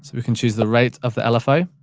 we can choose the range of the lfo.